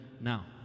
now